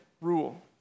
rule